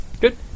Good